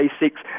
basics